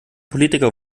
politiker